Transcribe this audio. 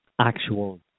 actual